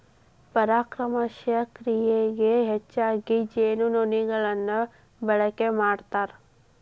ಪರಾಗಸ್ಪರ್ಶ ಕ್ರಿಯೆಗೆ ಹೆಚ್ಚಾಗಿ ಜೇನುನೊಣಗಳನ್ನ ಬಳಕೆ ಮಾಡ್ತಾರ